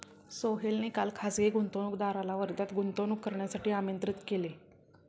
सोहनने काल खासगी गुंतवणूकदाराला वर्ध्यात गुंतवणूक करण्यासाठी आमंत्रित केले